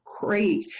great